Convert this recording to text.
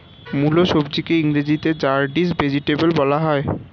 মুলো সবজিকে ইংরেজিতে র্যাডিশ ভেজিটেবল বলা হয়